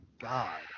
God